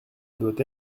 doit